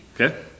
Okay